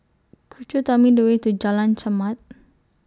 Could YOU Tell Me The Way to Jalan Chermat